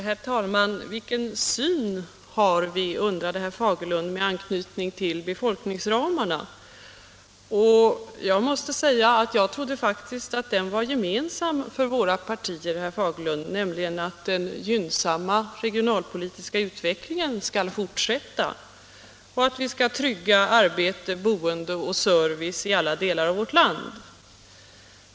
Herr talman! Vilken syn har ni? undrade herr Fagerlund med anknytning till befolkningsramarna. Jag trodde faktiskt att synen var gemensam för våra partier, herr Fagerlund, nämligen att den gynnsamma regionalpolitiska utvecklingen skall fortsätta och att vi skall trygga arbete, boende och service i alla delar av vårt land.